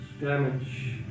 Damage